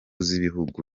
z’ibihugu